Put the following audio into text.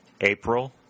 April